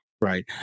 Right